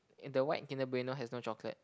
in the white Kinder Bueno has no chocolate